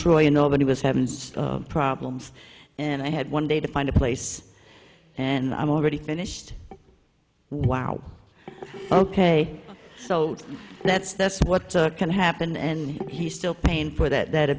troy and nobody was having problems and i had one day to find a place and i'm already finished wow ok so that's that's what can happen and he's still paying for that